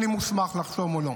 אני מוסמך לחתום, או לא.